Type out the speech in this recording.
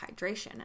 hydration